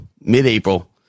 mid-April